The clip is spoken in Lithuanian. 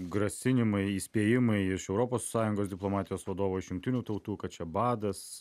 grasinimai įspėjimai iš europos sąjungos diplomatijos vadovo iš jungtinių tautų kad čia badas